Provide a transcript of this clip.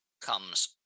comes